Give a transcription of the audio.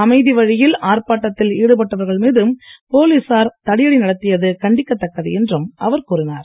அமைதி வழியில் ஆர்ப்பாட்டத்தில் ஈடுபட்டவர்கள் மீது போலீசார் தடியடி நடத்தியது கண்டிக்கத்தக்கது என்றும் அவர் கூறினார்